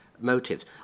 Motives